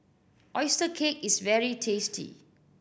oyster cake is very tasty